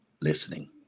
listening